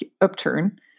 upturn